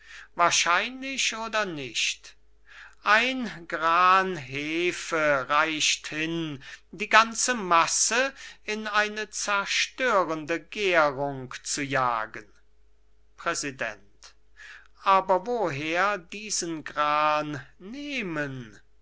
verdächtig wahrscheinlich oder nicht ein gran hefe reicht hin die ganze masse in eine zerstörende gährung zu jagen präsident aber woher diesen gran nehmen